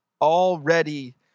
Already